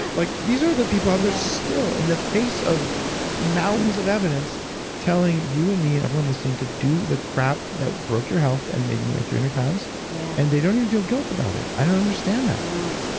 like these are the people out there still in the face of mountains of evidence telling you and me and everyone listening to do the crap that broke your health and made me weigh three hundred pounds, yeah and they don't even feel guilt about it. i don't understand that no.